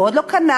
הוא עוד לא קנה,